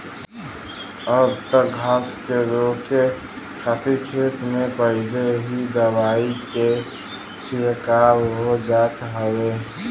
अब त घास के रोके खातिर खेत में पहिले ही दवाई के छिड़काव हो जात हउवे